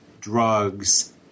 drugs